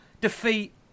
defeat